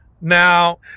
Now